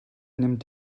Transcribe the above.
nimmt